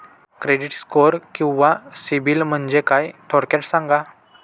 Credit score किंवा सिबिल म्हणजे काय? थोडक्यात सांगा